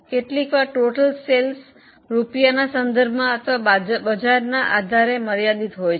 કેટલીકવાર કુલ વેચાણ રૂપિયાના સંદર્ભમાં અથવા બજાર આધારે મર્યાદિત હોય છે